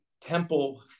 Temple